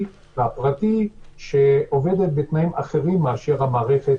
והפרטי שעובדת בתנאים אחרים מאשר המערכת